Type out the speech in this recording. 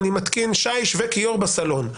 אני מתקין שיש וכיור בסלון.